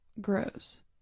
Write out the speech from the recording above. grows